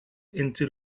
into